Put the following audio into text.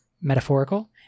metaphorical